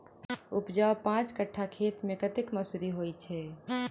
उपजाउ पांच कट्ठा खेत मे कतेक मसूरी होइ छै?